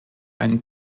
ein